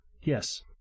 Yes